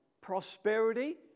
prosperity